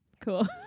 Cool